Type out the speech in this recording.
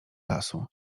lasu